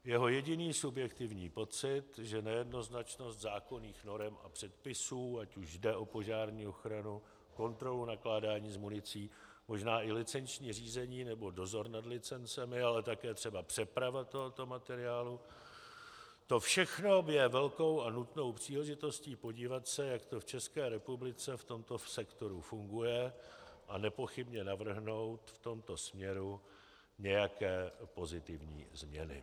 Jeho jediný subjektivní pocit, že nejednoznačnost zákonných norem a předpisů, ať už jde o požární ochranu, kontrolu nakládání s municí, možná i licenční řízení nebo dozor nad licencemi, ale také třeba přeprava tohoto materiálu, to všechno je velkou a nutnou příležitostí podívat se, jak to v České republice v tomto sektoru funguje, a nepochybně navrhnout v tomto směru nějaké pozitivní změny.